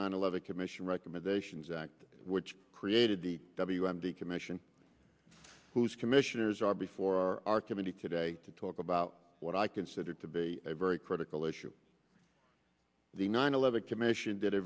nine eleven commission recommendations act which created the w m d commission whose commissioners are before our committee today to talk about what i consider to be a very critical issue the nine eleven commission did a